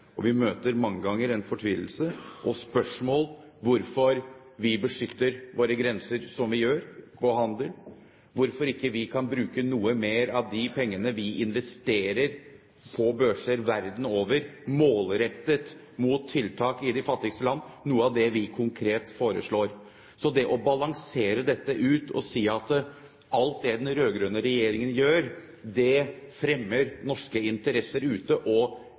og vi møter mange ganger en fortvilelse og spørsmål om hvorfor vi beskytter våre grenser og vår handel som vi gjør, og hvorfor vi ikke kan bruke noe mer av de pengene vi investerer på børser verden over, målrettet mot tiltak i de fattigste land – noe av det vi konkret foreslår. Så det å balansere dette ut og si at alt det den rød-grønne regjeringen gjør, fremmer norske interesser ute, og